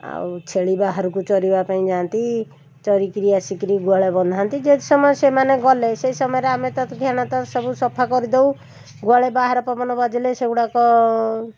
ଆଉ ଛେଳି ବାହାରକୁ ଚରିବା ପାଇଁ ଯାଆନ୍ତି ଚରିକରି ଆସିକରି ଗୁହାଳେ ବନ୍ଧା ହୁଅନ୍ତି ଯେତେ ସମୟ ସେମାନେ ଗଲେ ସେହି ସମୟରେ ଆମେ ତ ଧ୍ୟାନତା ସବୁ ସଫା କରିଦେଉ ଗୁହାଳରେ ବାହାର ପବନ ବାଜିଲେ ସେଗୁଡ଼ାକ